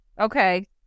Okay